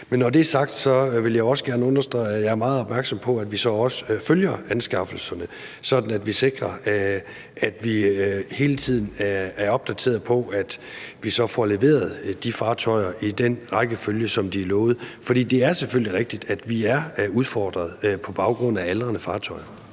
Når det er sagt vil jeg også gerne understrege, at jeg er meget opmærksom på, at vi så også følger anskaffelserne, sådan at vi sikrer, at vi hele tiden er opdateret og ved, at vi får leveret de fartøjer i den rækkefølge, som de er lovet. For det er selvfølgelig rigtigt, at vi er udfordret på baggrund af aldrende fartøjer.